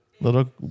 little